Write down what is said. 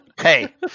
Hey